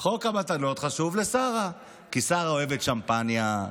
חוק המתנות חשוב לשרה כי שרה אוהבת שמפניה,